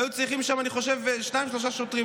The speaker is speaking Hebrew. היו צריכים שם שניים-שלושה שוטרים,